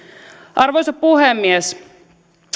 arvoisa puhemies